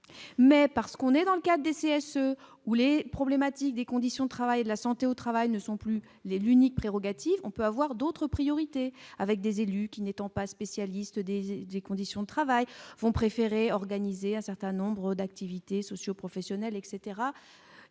mais parce qu'on est dans le cas des CSE ou les problématiques des conditions de travail, la santé au travail ne sont plus les l'unique prérogatives, on peut avoir d'autres priorités, avec des élus qui n'étant pas spécialiste des et des conditions de travail vont préférer organiser un certain nombre d'activités socio-professionnelle etc